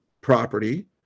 property